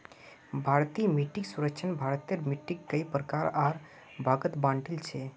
भारतीय मिट्टीक सर्वेक्षणत भारतेर मिट्टिक कई प्रकार आर भागत बांटील छे